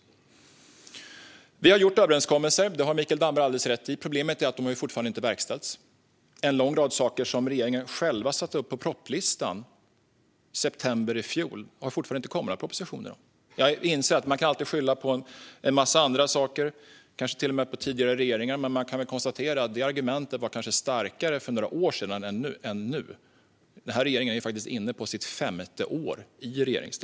Vi har gjort överenskommelser; det har Mikael Damberg alldeles rätt i. Problemet är att de fortfarande inte har verkställts. En lång rad saker som regeringen själv satte upp på propositionslistan i september i fjol har det fortfarande inte kommit några propositioner om. Jag inser att man alltid kan skylla på en massa saker, kanske till och med på tidigare regeringar. Men det kan väl konstateras att det argumentet var starkare för några år sedan än nu. Denna regering är faktiskt inne på sitt femte år.